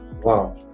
wow